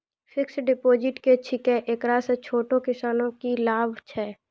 Fixed deposit की छिकै, एकरा से छोटो किसानों के की लाभ छै?